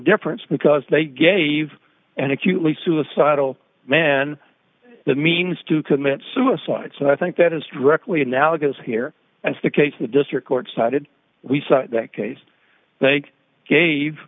difference because they gave an acutely suicidal man the means to commit suicide so i think that is directly analogous here as the case the district court cited we saw that case th